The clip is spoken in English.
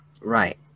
right